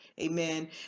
amen